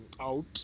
out